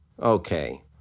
Okay